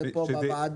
זה פה בוועדה.